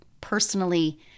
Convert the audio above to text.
personally